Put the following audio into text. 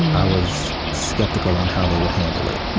and i was skeptical on how they would handle it.